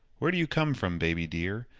where did you come from, baby dear?